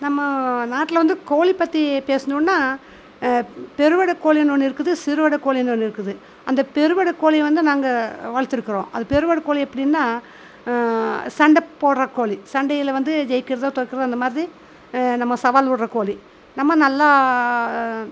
நம்ம நாட்டில் வந்து கோழி பற்றி பேசுனுன்னா பெருவெடை கோழின்னு ஒன்று இருக்குது சிறுவெடை கோழின்னு ஒன்று இருக்குது அந்த பெருவெடைக்கோழி வந்து நாங்கள் வளர்த்துருக்குறோம் அது பெருவெடைக்கோழி எப்படின்னா சண்டை போடுற கோழி சண்டையில் வந்து ஜெயிக்கிறது தோற்குறது அந்த மாதிரி நம்ம சவால் விடுற கோழி நம்ம நல்லா